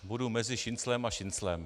Budu mezi Šinclem a Šinclem.